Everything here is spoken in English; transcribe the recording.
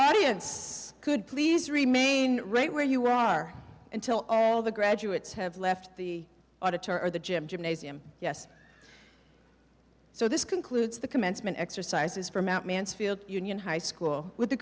audience could please remain rate where you are until all the graduates have left the auditor or the gym gymnasium yes so this concludes the commencement exercises for mt mansfield union high school with the